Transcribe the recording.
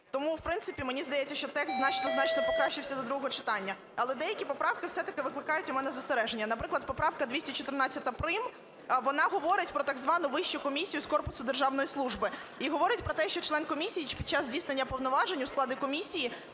Тому, в принципі, мені здається, що текст значно-значно покращився до другого читання. Але деякі поправки все-таки викликають у мене застереження. Наприклад, поправка 214 прим. вона говорить про так звану Вищу комісію з корпусу державної служби і говорить про те, що член комісії під час здійснення повноважень у складі комісії